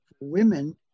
women